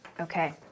Okay